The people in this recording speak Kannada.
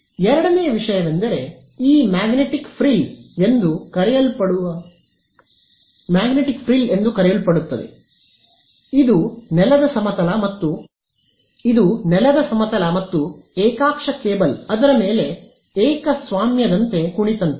ಎರಡನೆಯ ವಿಷಯವೆಂದರೆ ಈ ಮ್ಯಾಗ್ನೆಟಿಕ್ ಫ್ರಿಲ್ ಎಂದು ಕರೆಯಲ್ಪಡುತ್ತದೆ ಇದು ನೆಲದ ಸಮತಲ ಮತ್ತು ಏಕಾಕ್ಷ ಕೇಬಲ್ ಅದರ ಮೇಲೆ ಏಕಸ್ವಾಮ್ಯದಂತೆ ಕುಳಿತಂತೆ